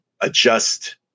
adjust